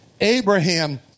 Abraham